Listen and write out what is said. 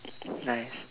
nice